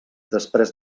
després